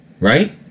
right